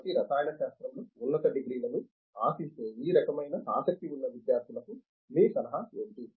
కాబట్టి రసాయన శాస్త్రంలో ఉన్నత డిగ్రీలను ఆశించే ఈ రకమైన ఆసక్తి ఉన్న విద్యార్థులకు మీ సలహాలు ఏమిటి